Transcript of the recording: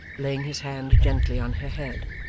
laying his hand gently on her head.